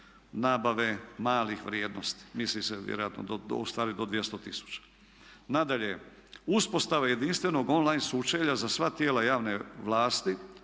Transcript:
nabave malih vrijednosti. Misli se vjerojatno, ustvari do 200 tisuća. Nadalje, uspostava jedinstvenog online sučelja za sva tijela javne vlasti,